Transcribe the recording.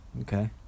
Okay